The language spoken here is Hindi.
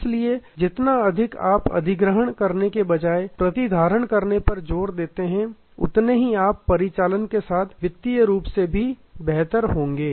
इसलिए जितना अधिक आप अधिग्रहण करने के बजाय प्रतिधारण करने पर जोर देते हैं उतने ही आप परिचालन के साथ साथ वित्तीय रूप से भी बेहतर होंगे